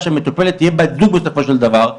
שהמטופלת תהיה בת הזוג בסופו של דבר,